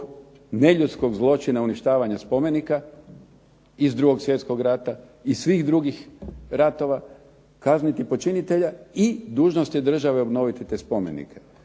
neljudskog zločina uništavanja spomenika iz 2. Svjetskog rata, i svih drugih ratova kazniti počinitelja i dužnost je države obnoviti te spomenike.